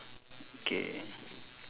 K